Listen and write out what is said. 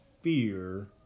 fear